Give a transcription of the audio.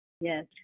Yes